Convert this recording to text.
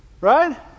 Right